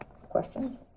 questions